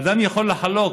אדם יכול לחלוק,